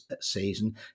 season